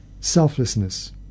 selflessness